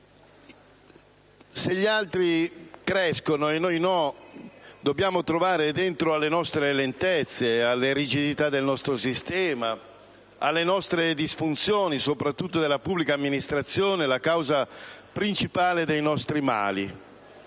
Se gli altri crescono e noi no dobbiamo ricercare nelle nostre lentezze, nella rigidità del nostro sistema, nelle nostre disfunzioni, soprattutto della pubblica amministrazione, la causa principale dei nostri mali.